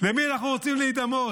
למי אנחנו רוצים להידמות,